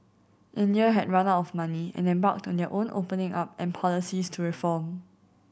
India had run out of money and embarked on their own opening up and policies to reform